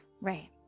Right